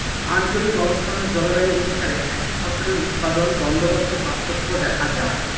আঞ্চলিক অবস্থান ও জলবায়ু অনুসারে একই ফসলের উৎপাদন বন্দোবস্তে পার্থক্য দেখা যায়